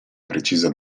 precisa